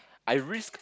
I risk